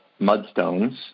mudstones